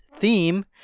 theme